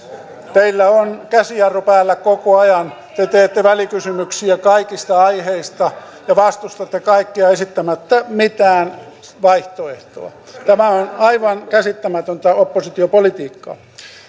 teillä on käsijarru päällä koko ajan te teette välikysymyksiä kaikista aiheista ja vastustatte kaikkea esittämättä mitään vaihtoehtoa tämä on aivan käsittämätöntä oppositiopolitiikkaa